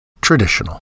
Traditional